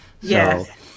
Yes